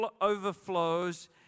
overflows